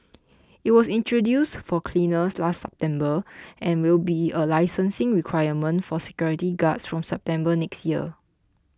it was introduced for cleaners last September and will be a licensing requirement for security guards from September next year